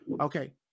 Okay